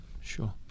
sure